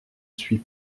suis